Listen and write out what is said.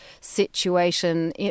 situation